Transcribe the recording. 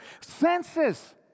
senses